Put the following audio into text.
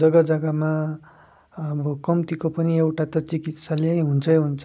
जग्गा जग्गामा अब कम्तीको पनि एउटा त चिकित्सालय हुन्छै हुन्छ